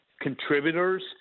contributors